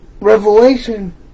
Revelation